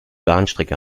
bahnstrecke